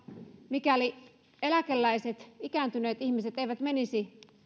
mikäli eläkeläiset ikääntyneet ihmiset eivät menisi